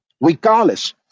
regardless